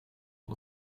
van